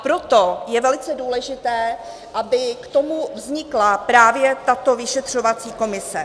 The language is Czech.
Proto je velice důležité, aby k tomu vznikla právě tato vyšetřovací komise.